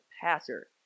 passer